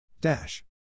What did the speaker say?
Dash